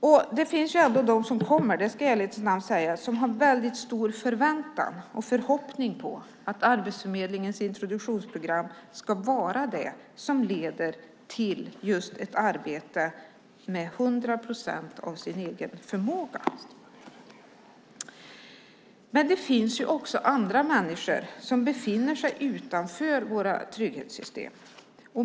I ärlighetens namn ska jag ändå säga att det finns de som kommer och som har stor förväntan och förhoppning om att Arbetsförmedlingens introduktion ska vara det som leder till ett arbete med hundra procent av den egna förmågan. Det finns också andra människor, som befinner sig utanför våra trygghetssystem.